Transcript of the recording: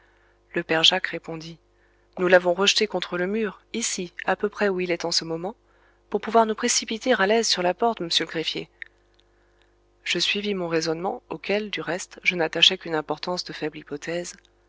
le père jacques répondit nous l'avons rejeté contre le mur ici à peu près où il est en ce moment pour pouvoir nous précipiter à l'aise sur la porte m'sieur le greffier je suivis mon raisonnement auquel du reste je n'attachais qu'une importance de faible hypothèse